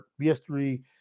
BS3